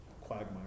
quagmire